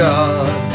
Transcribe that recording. God